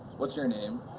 what's your name?